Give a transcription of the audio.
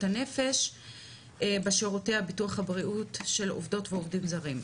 הנפש בשירותי ביטוח הבריאות של עובדות ועובדים זרים.